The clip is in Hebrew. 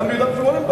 גם ביהודה ושומרון הם,